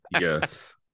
yes